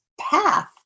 path